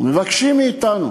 מבקשים מאתנו